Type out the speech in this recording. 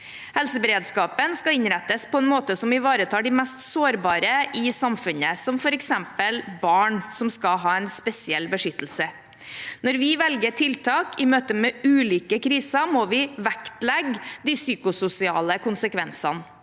Helseberedskapen skal innrettes på en måte som ivaretar de mest sårbare i samfunnet, f.eks. barn, som skal ha en spesiell beskyttelse. Når vi velger tiltak i møte med ulike kriser, må vi vektlegge de psykososiale konsekvensene.